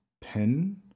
pin